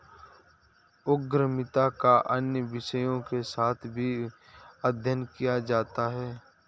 उद्यमिता का अन्य विषयों के साथ भी अध्ययन किया जाता है